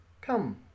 come